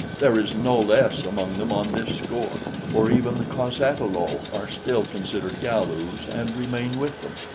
there is no less among them on this score, for even the cos-ata-lo are still considered galus and remain with them.